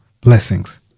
Blessings